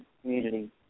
community